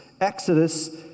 Exodus